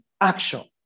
action